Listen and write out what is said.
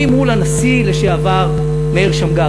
אני מול הנשיא לשעבר מאיר שמגר,